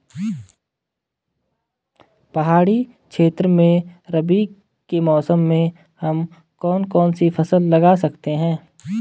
पहाड़ी क्षेत्रों में रबी के मौसम में हम कौन कौन सी फसल लगा सकते हैं?